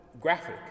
graphic